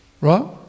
right